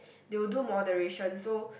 they will do moderation so